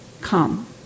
Come